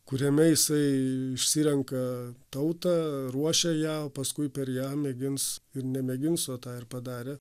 kuriame jisai išsirenka tautą ruošia ją o paskui per ją mėgins ir nemėgins o tą ir padarė